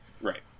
Right